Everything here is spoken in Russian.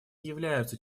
являются